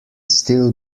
still